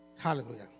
hallelujah